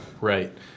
Right